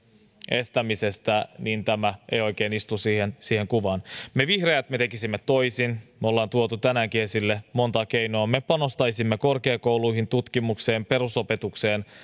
estämisestä niin tämä ei oikein istu siihen kuvaan me vihreät tekisimme toisin me olemme tuoneet tänäänkin esille monta keinoa me panostaisimme korkeakouluihin tutkimukseen perusopetukseen